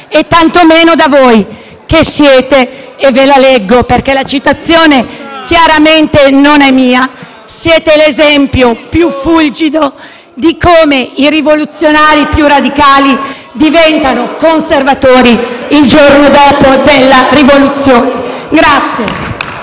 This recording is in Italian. e, tantomeno, da voi, che siete - ve la leggo perché la citazione chiaramente non è mia - «l'esempio più fulgido di come i rivoluzionari più radicali diventano conservatori il giorno dopo la rivoluzione».